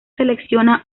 selecciona